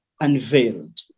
unveiled